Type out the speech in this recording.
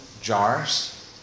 jars